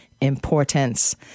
importance